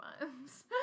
months